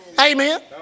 Amen